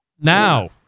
Now